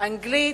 אנגלית,